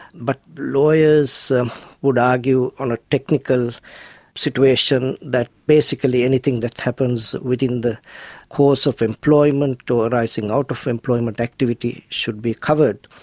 but lawyers would argue on a technical situation that basically anything that happens within the course of employment or rising out of employment activity should be covered.